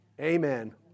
Amen